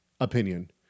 opinion